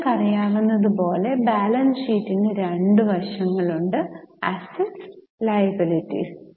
നിങ്ങൾക്കറിയാവുന്നത് പോലെ ബാലൻസ് ഷീറ്റിന് രണ്ട് വശങ്ങൾ ഉണ്ട് അസ്സെറ്സ് ലയബിലിറ്റീസ്